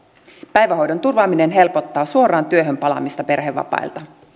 päivähoidon turvaaminen helpottaa suoraan työhön palaamista perhevapailta